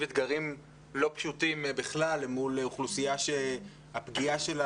אתגרים לא פשוטים בכלל מול אוכלוסייה שהפגיעה שלה